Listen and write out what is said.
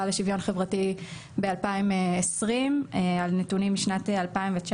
לשוויון חברתי ב-2020 על נתונים משנת 2019,